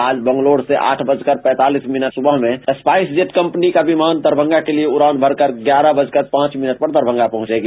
आज बंगलोर से आठ बजकर पैंतालीस मिनट सुबह में बंगलोर से स्पाइसजेट कंपनी का विमान दरभंगा के लिए उड़ान भरकर ग्यारह बजकर पौंच मिनट पर दरभंगा पहँचेगा